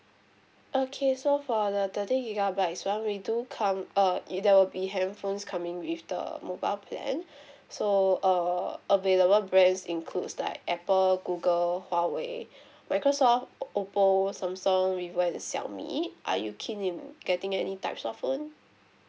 okay so for the thirty gigabyte one we do come err there will be handphones coming with the mobile plan so err available brands includes like Apple Google Huawei Microsoft Oppo Samsung Vivo and Xiaomi are you keen of getting any types of phone